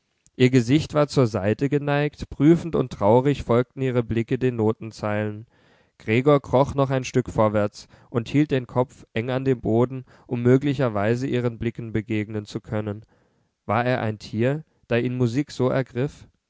ihr gesicht war zur seite geneigt prüfend und traurig folgten ihre blicke den notenzeilen gregor kroch noch ein stück vorwärts und hielt den kopf eng an den boden um möglicherweise ihren blicken begegnen zu können war er ein tier da ihn musik so ergriff